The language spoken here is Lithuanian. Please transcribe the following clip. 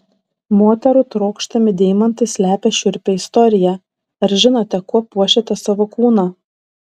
moterų trokštami deimantai slepia šiurpią istoriją ar žinote kuo puošiate savo kūną